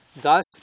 Thus